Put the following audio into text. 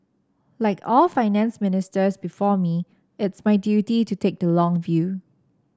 like all Finance Ministers before me it is my duty to take the long view